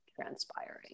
transpiring